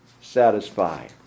satisfy